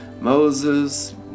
Moses